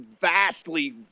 vastly